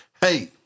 hey